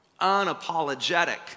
unapologetic